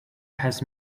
has